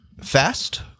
fast